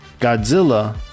Godzilla